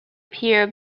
pier